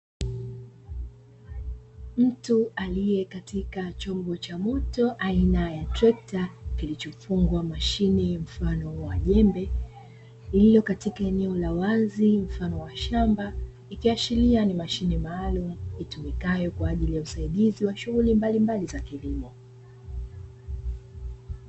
Mtu aliye katika chombo cha moto aina ya trekta, kilichofungwa mashine mfano wa jembe lililo ktika eneo wa wazi mfano wa shamba, ikiashiria ni mashione maalumu itumikayo kwajili ya usaidizi wa shughuli mbalimbali za kilimo.